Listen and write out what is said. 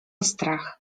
strach